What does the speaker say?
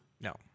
No